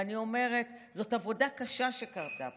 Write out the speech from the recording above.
ואני אומרת: זו עבודה קשה שקרתה פה.